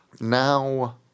Now